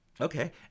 Okay